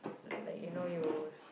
like you know use